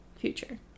future